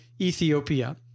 Ethiopia